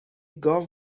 گاو